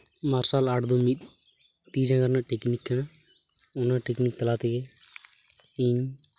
ᱢᱟᱨᱥᱟᱞ ᱟᱨᱴ ᱫᱚ ᱢᱤᱫ ᱛᱤ ᱡᱟᱝᱜᱟ ᱨᱮᱱᱟᱜ ᱴᱮᱠᱱᱤᱠ ᱠᱟᱱᱟ ᱚᱱᱟ ᱴᱮᱠᱱᱤᱠ ᱛᱟᱞᱟᱛᱮᱜᱮ ᱤᱧ